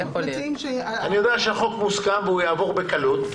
אני יודע שהחוק מוסכם והוא יעבור בקלות,